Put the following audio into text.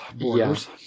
Borders